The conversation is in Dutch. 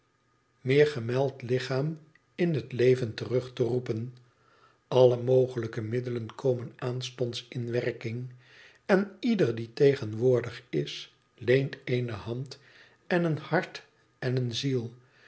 meergemeld lichaam in het leven terug te roepen alle mogelijke middelen komen aanstonds in werking en ieder die tegenwoordig is leent eene hand en een hart en eene ziel